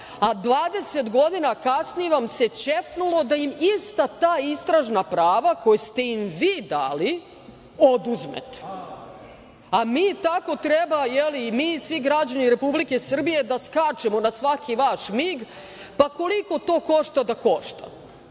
a 20 godina kasnije vam se ćefnulo da im ista ta istražna prava koje ste im vi dali oduzmete. A, mi tako treba, jeli, i mi i svi građani Republike Srbije, da skačemo na svaki vaš mig, pa koliko to košta da košta.E,